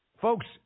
Folks